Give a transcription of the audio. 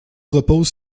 repose